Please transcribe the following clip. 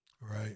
Right